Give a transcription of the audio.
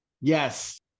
Yes